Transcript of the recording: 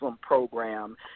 program